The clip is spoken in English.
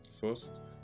first